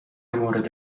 مورد